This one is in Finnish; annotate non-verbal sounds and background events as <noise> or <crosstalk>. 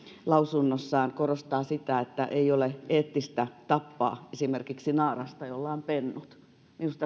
lausunnossaan korostaa sitä että ei ole eettistä tappaa esimerkiksi naarasta jolla on pennut minusta <unintelligible>